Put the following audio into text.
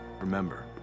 Remember